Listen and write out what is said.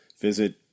visit